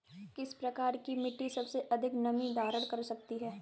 किस प्रकार की मिट्टी सबसे अधिक नमी धारण कर सकती है?